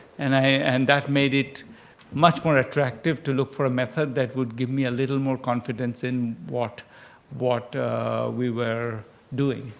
and and that made it much more attractive to look for a method that would give me a little more confidence in what what we were doing.